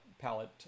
palette